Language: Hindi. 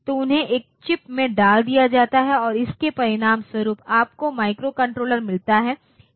तो उन्हें एक चिप में डाल दिया जाता है और इसके परिणामस्वरूप आपको माइक्रोकंट्रोलर मिलता है